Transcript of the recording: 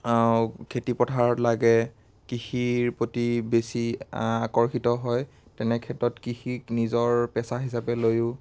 খেতিপথাৰত লাগে কৃষিৰ প্ৰতি বেছি আকৰ্ষিত হয় তেনেক্ষেত্ৰত কৃষিক নিজৰ পেচা হিচাপে লৈও